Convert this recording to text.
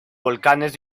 volcanes